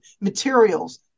materials